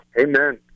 Amen